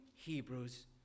Hebrews